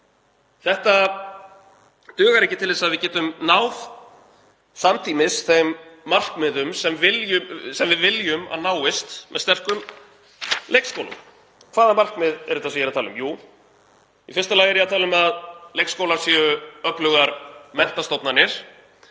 dugar ekki til þess að við getum náð samtímis þeim markmiðum sem við viljum að náist með sterkum leikskólum. Hvaða markmið eru þetta sem ég er að tala um? Jú, í fyrsta lagi er ég að tala um að leikskólar séu öflugar menntastofnanir